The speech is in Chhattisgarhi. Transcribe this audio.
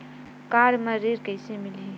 कार म ऋण कइसे मिलही?